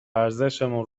ارزشمون